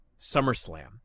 SummerSlam